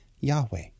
Yahweh